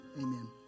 Amen